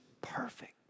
perfect